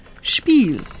spiel